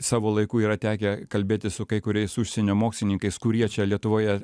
savo laiku yra tekę kalbėtis su kai kuriais užsienio mokslininkais kurie čia lietuvoje